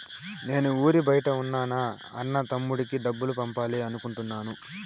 నేను ఊరి బయట ఉన్న నా అన్న, తమ్ముడికి డబ్బులు పంపాలి అనుకుంటున్నాను